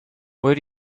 where